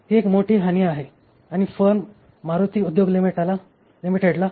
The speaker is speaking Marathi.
ही एक मोठी हानी आहे आणि फर्म मारुती उद्योग लिमिटेडला